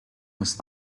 was